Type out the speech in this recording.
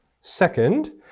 Second